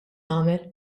nagħmel